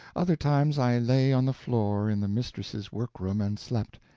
other times i lay on the floor in the mistress's work-room and slept,